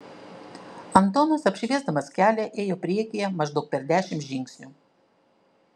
antonas apšviesdamas kelią ėjo priekyje maždaug per dešimt žingsnių